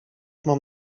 mam